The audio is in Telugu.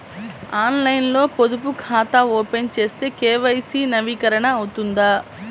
ఆన్లైన్లో పొదుపు ఖాతా ఓపెన్ చేస్తే కే.వై.సి నవీకరణ అవుతుందా?